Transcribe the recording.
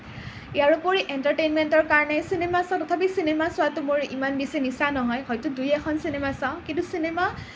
ইয়াৰ উপৰি এণ্টাৰটেইনমেণ্টৰ কাৰণে চিনেমা চোৱা তথাপি চিনেমা চোৱাটো মোৰ ইমান বেছি নিচা নহয় হয়তো দুই এখন চিনেমা চাওঁ কিন্তু চিনেমা